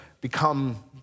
become